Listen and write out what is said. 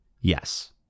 Yes